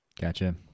Gotcha